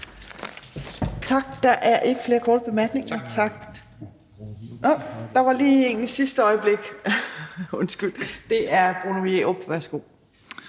Tak. Der er ikke flere korte bemærkninger. Hov, der var lige en i sidste øjeblik. Undskyld, det er Bruno Jerup. Værsgo.